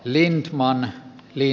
linnut maamme yli